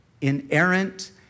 inerrant